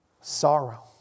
sorrow